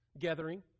gathering